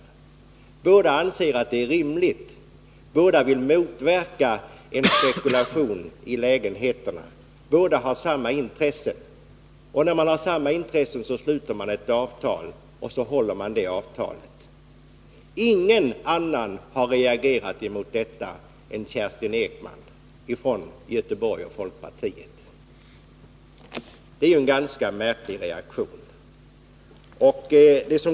Om båda parter vill motverka spekulation i lägenheterna och alltså har samma intresse, bör de kunna sluta ett avtal, som de kan hålla sig till. Ingen annan har reagerat mot detta än Kerstin Ekman, som kommer från Göteborg och tillhör folkpartiet. Det är ju en ganska märklig reaktion.